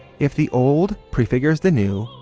if the old prefigures the new,